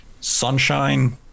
Sunshine